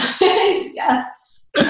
Yes